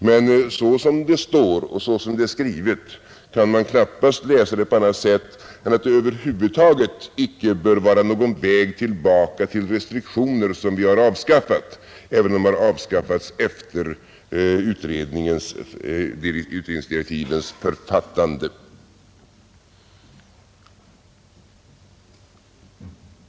Men såsom det är skrivet kan man knappast läsa det på annat sätt än så, att det över huvud taget icke bör vara någon väg tillbaka till restriktioner som vi har avskaffat, även om de har avskaffats efter utredningsdirektivens författande.